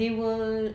they were